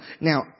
now